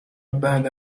بعد